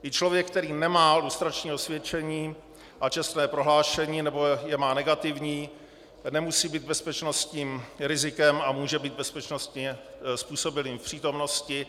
I člověk, který nemá lustrační osvědčení a čestné prohlášení, nebo je má negativní, nemusí být bezpečnostním rizikem a může být bezpečnostně způsobilým v přítomnosti.